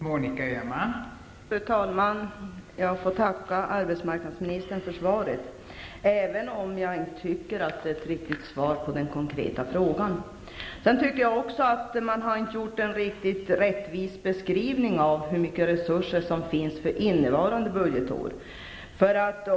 Fru talman! Jag får tacka arbetsmarknadsministern för svaret, även om jag inte anser att det är ett riktigt svar på den konkreta frågan. Det har inte gjorts en riktigt rättvis beskrivning av hur mycket resurser som finns att tillgå för innevarande budgetår.